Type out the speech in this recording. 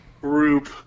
group